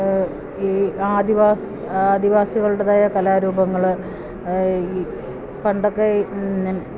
ഈ ആദിവാസികളുടേതായ കലാരൂപങ്ങള് ഈ പണ്ടൊക്കെ